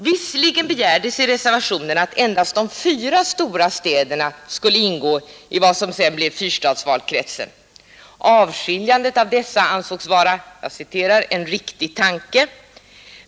Visserligen begärdes i reservationen att endast de fyra stora städerna skulle ingå i vad som sedan blev fyrstadsvalkretsen. Avskiljandet av dessa ansågs vara ”en riktig tanke”.